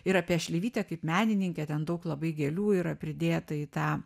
ir apie šleivytę kaip menininkę ten daug labai gėlių yra pridėta į tą